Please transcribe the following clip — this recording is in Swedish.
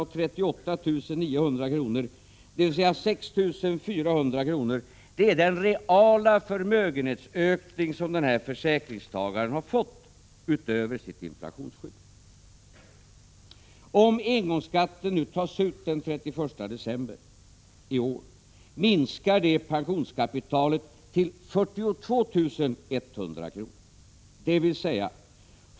och 38 900 kr., dvs. 6 400 kr., är den reala förmögenhetsökning som den här försäkringstagaren har fått utöver sitt inflationsskydd. Om engångsskatten nu tas ut den 31 december i år minskar det pensionskapitalet till 42 100 kr.